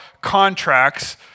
contracts